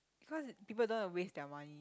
cause people don't want to waste their money